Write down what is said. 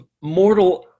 mortal